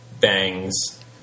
Bang's